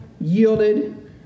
yielded